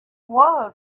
was